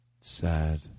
Sad